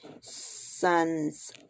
sons